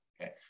Okay